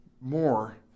more